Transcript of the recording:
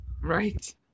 Right